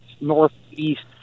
northeast